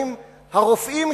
האם הרופאים,